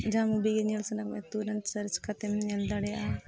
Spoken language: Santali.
ᱡᱟᱦᱟᱸ ᱜᱮ ᱧᱮᱞ ᱥᱟᱱᱟᱢᱮᱭᱟ ᱛᱩᱨᱟᱸᱛ ᱠᱟᱛᱮᱢ ᱧᱮᱞ ᱫᱟᱲᱮᱭᱟᱜᱼᱟ